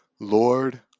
Lord